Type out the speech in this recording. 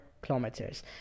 kilometers